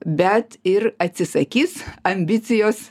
bet ir atsisakys ambicijos